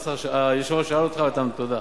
תודה.